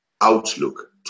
outlook